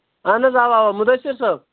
اَہن حظ اَوا اَوا مُدَثر صٲب